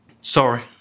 Sorry